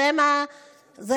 שמא --- סמוטריץ'.